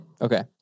Okay